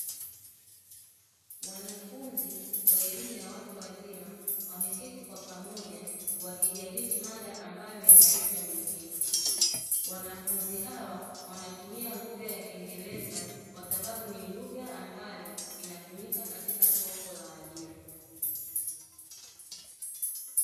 Wanafunzi wa elimu ya watu wazima wameketi kwa pamoja wakijadili mada inayoitwa dunia, wanafunzi hawa wanatumia lugha ya kiingereza kwa sababu ni lugha ambayo inatumika katika soko la ajira.